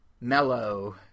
mellow